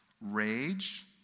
rage